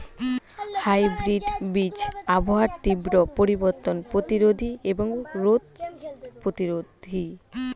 hybrid বীজ আবহাওয়ার তীব্র পরিবর্তন প্রতিরোধী এবং রোগ প্রতিরোধী